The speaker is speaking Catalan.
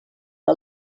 que